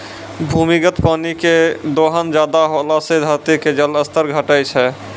भूमिगत पानी के दोहन ज्यादा होला से धरती के जल स्तर घटै छै